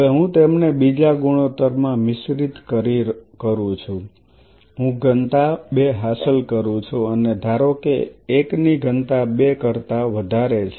હવે હું તેમને બીજા ગુણોત્તરમાં મિશ્રિત કરું છું હું ઘનતા 2 હાંસલ કરું છું અને ધારો કે 1 ની ઘનતા 2 કરતા વધારે છે